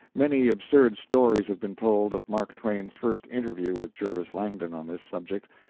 many absurd stories have been told of mark twain's first interview with jervis langdon on this subject,